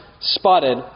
spotted